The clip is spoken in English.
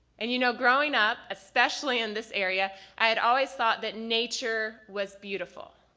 and you know growing up, especially in this area i had always thought that nature was beautiful.